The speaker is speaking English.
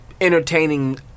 entertaining